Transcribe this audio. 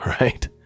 right